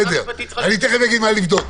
תכף אומר מה נבדוק.